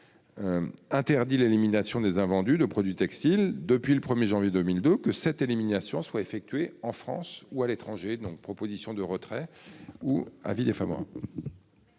-interdit l'élimination des invendus de produits textiles depuis le 1 janvier 2022, que cette élimination soit effectuée en France ou à l'étranger. Je demande donc le retrait ; à défaut,